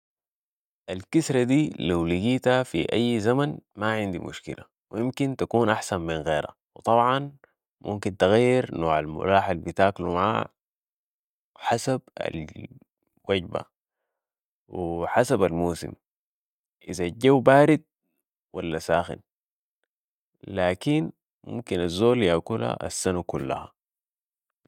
الكسرة دي لو لقيتها في اي زمن ما عندي مشكلة و امكن تكون احسن من غيرها و طبعاً ممكن تغير نوع الملاح البتاكلو معاها ، حسب الوجبة أو حسب الموسم اذا الجو بارد ولا ساخن لكن ممكن الزول يأكلها السنة كلها